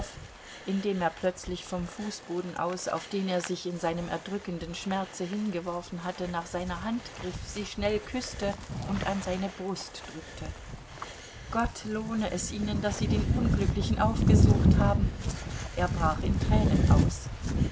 indem er plötzlich vom fußboden aus auf den er sich in seinem erdrückenden schmerze hingeworfen hatte nach seiner hand griff sie schnell küßte und an seine brust drückte gott lohne es ihnen daß sie den unglücklichen aufgesucht haben er brach in tränen aus